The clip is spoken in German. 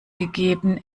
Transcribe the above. gegeben